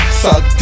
suck